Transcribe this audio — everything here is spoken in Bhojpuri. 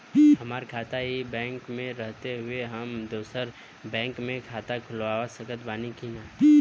हमार खाता ई बैंक मे रहते हुये हम दोसर बैंक मे खाता खुलवा सकत बानी की ना?